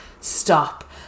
stop